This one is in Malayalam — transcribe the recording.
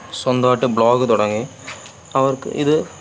സ്വന്തമായിട്ട് ബ്ലോഗ് തുടങ്ങി അവർക്ക് ഇത്